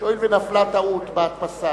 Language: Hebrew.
שהואיל ונפלה טעות בהדפסה,